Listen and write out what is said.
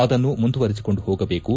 ಅದನ್ನು ಮುಂದುವರಿಸಿಕೊಂಡು ಹೋಗಬೇಕು